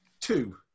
two